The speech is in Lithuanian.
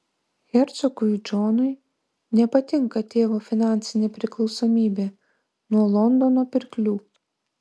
hercogui džonui nepatinka tėvo finansinė priklausomybė nuo londono pirklių